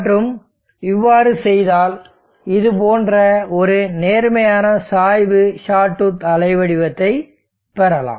மற்றும் இவ்வாறு செய்தால் இது போன்ற ஒரு நேர்மறையான சாய்வு ஷாட்டூத் அலைவடிவத்தைப் பெறலாம்